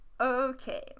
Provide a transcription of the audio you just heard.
Okay